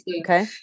okay